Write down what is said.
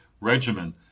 regimen